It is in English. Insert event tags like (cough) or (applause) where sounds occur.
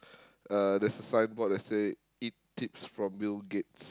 (breath) uh there's a signboard that say eight tips from Bill-Gates